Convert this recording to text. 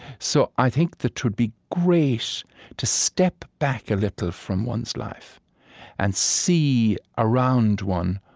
so i think that it would be great to step back a little from one's life and see around one,